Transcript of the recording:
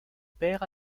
perd